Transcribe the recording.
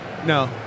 No